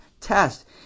test